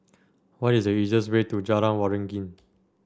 what is the easiest way to Jalan Waringin